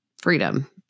freedom